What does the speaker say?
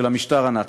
של המשטר הנאצי.